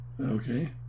Okay